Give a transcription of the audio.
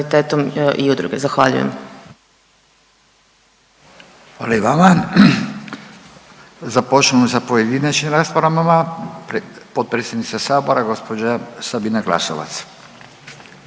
Hvala i vama. Započinjemo sa pojedinačnim raspravama. Potpredsjednica Sabora gospođa Sabina Glasovac.